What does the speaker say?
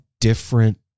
different